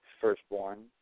firstborn